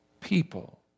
people